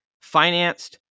financed